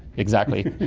exactly.